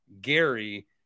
Gary